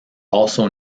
also